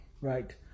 right